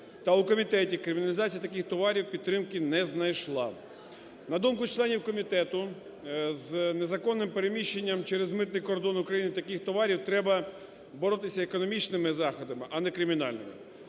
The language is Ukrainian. та у комітеті криміналізація таких товарів підтримки не знайшла. На думку членів комітету, з незаконним переміщенням через митний кордон України таких товарів треба боротися економічними заходами, а не кримінальними.